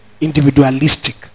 individualistic